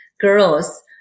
girls